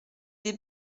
des